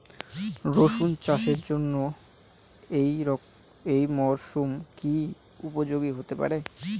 রসুন চাষের জন্য এই মরসুম কি উপযোগী হতে পারে?